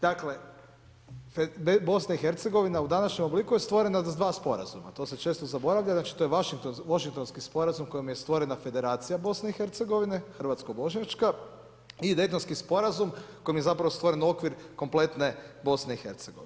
Dakle BiH u današnjem obliku je stvorena za dva sporazuma, to se često zaboravlja, znači to je Washingtonski sporazum kojem je stvorena federacija BiH, Hrvatsko-Bošnjačka i Dejtonski sporazum kojim je zapravo stvoren okvir kompletne BiH.